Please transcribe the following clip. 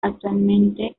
actualmente